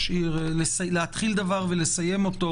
להתחיל דבר ולסיימו,